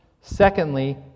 Secondly